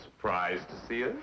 surprised to see i